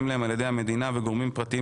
להם על ידי המדינה וגורמים פרטיים,